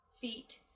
feet